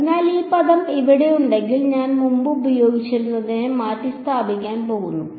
അതിനാൽ ഈ പദം ഇവിടെയുണ്ടെങ്കിൽ ഞാൻ മുമ്പ് ഉപയോഗിച്ചിരുന്നതിനെ മാറ്റിസ്ഥാപിക്കാൻ പോകുന്നു